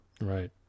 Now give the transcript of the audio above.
Right